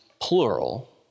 plural